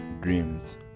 dreams